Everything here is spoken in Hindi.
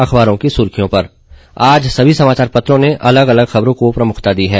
अख़बारों की सुर्खियां पर आज सभी समाचार पत्रों ने अलग अलग खबरों को प्रमुखता दी है